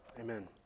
amen